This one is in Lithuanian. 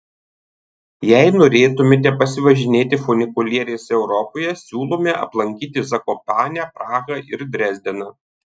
jei norėtumėte pasivažinėti funikulieriais europoje siūlome aplankyti zakopanę prahą ir dresdeną